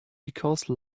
because